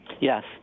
Yes